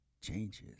changes